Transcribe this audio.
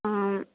ஆ